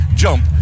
jump